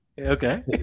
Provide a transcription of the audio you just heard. Okay